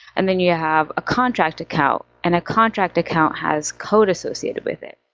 and then you have a contract account, and a contract account has code associated with it.